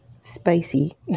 spicy